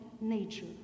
nature